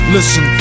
Listen